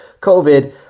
COVID